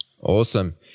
Awesome